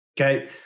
okay